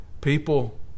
people